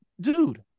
Dude